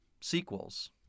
sequels